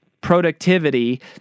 productivity